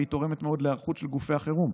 והיא תורמת מאוד להיערכות של גופי החירום,